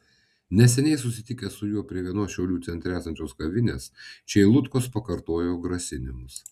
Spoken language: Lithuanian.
neseniai susitikę su juo prie vienos šiaulių centre esančios kavinės čeilutkos pakartojo grasinimus